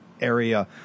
area